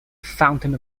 fountain